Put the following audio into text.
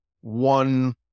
one